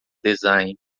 design